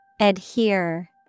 Adhere